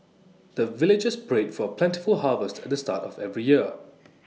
the villagers pray for plentiful harvest at the start of every year